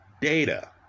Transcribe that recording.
data